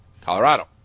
Colorado